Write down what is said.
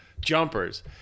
jumpers